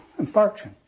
infarction